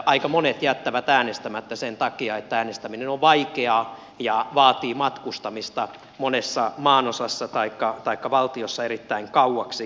aika monet jättävät äänestämättä sen takia että äänestäminen on vaikeaa ja vaatii matkustamista monessa maanosassa taikka valtiossa erittäin kauaksi